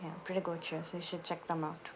ya pretty good shows you should check them out